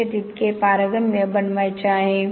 शक्य तितके पारगम्य बनवायचे आहे